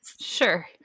Sure